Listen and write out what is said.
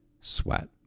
Sweat